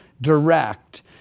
direct